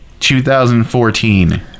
2014